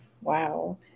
Wow